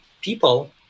people